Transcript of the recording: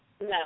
No